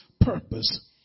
purpose